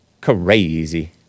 Crazy